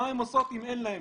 מה הן עושות אם אין להן,